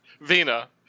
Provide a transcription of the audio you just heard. Vina